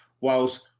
whilst